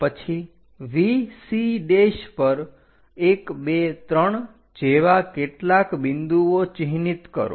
પછી VC પર 123 જેવા કેટલાક બિંદુઓ ચિહ્નિત કરો